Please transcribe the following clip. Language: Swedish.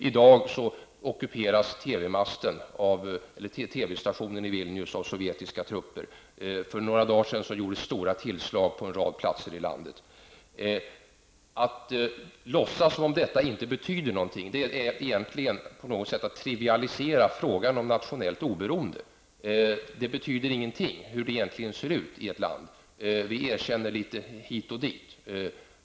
I dag ockuperas TV-stationen i Vilnius av sovjetiska trupper. För några dagar sedan gjordes stora tillslag på en rad platser i landet. Att låtsas som om detta inte betyder någonting är på något sätt att trivialisera frågan om nationellt oberoende. Det betyder ingenting hur det egentligen ser ut i ett land -- vi erkänner litet hit och dit!